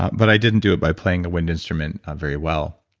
but i didn't do it by playing the wind instrument very well